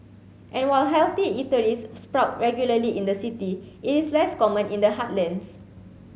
and while healthy eateries sprout regularly in the city it is less common in the heartlands